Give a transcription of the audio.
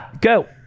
go